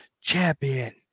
champion